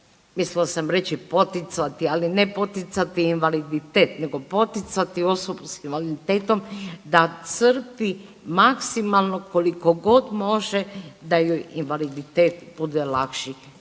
mislila sam reći poticati, ali ne poticati invaliditet, nego poticati osobu s invaliditetom da crpi maksimalno koliko god može da joj invaliditet bude lakši.